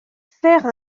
faire